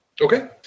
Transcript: Okay